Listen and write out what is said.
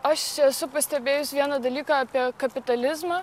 aš esu pastebėjus vieną dalyką apie kapitalizmą